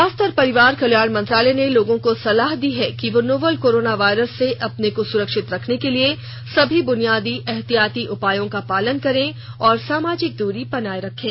स्वास्थ्य और परिवार कल्याण मंत्रालय ने लोगों को सलाह दी है कि वे नोवल कोरोना वायरस से अपने को सुरक्षित रखने के लिए सभी बुनियादी एहतियाती उपायों का पालन करें और सामाजिक दूरी बनाए रखें